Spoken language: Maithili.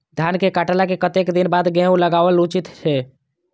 धान के काटला के कतेक दिन बाद गैहूं लागाओल उचित छे?